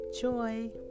Joy